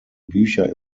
bücher